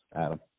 Adam